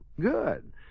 Good